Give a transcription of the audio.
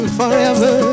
forever